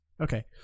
Okay